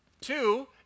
two